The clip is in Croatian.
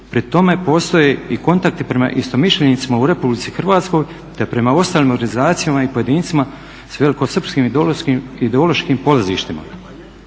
pri tome postoje i kontakti prema istomišljenicima u RH te prema ostalim organizacijama i pojedincima s velikosrpskim i ideološkim polazištima."